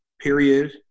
Period